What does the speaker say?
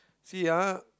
see ah